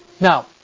Now